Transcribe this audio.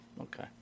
Okay